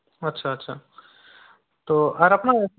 আচ্ছা আচ্ছা তো আর আপনার